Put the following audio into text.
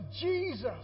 Jesus